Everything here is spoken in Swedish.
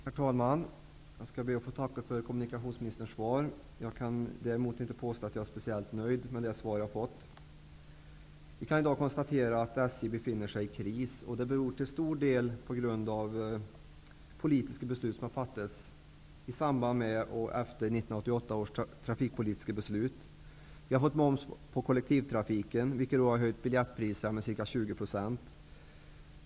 Herr talman! Jag skall be att få tacka för kommunikationsministerns svar. Jag kan däremot inte påstå att jag är speciellt nöjd med det svar jag har fått. Vi kan i dag konstatera att SJ befinner sig i kris. Det beror till stor del på politiska beslut som har fattats i samband med och efter 1988 års trafikpolitiska beslut. Vi har fått moms på kollektivtrafiken, vilket har höjt biljettpriserna med ca 20 %.